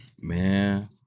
Man